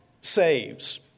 saves